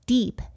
Deep